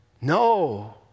no